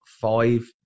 five